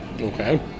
Okay